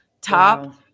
top